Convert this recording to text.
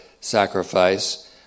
sacrifice